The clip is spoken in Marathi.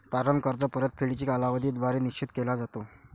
तारण कर्ज परतफेडीचा कालावधी द्वारे निश्चित केला जातो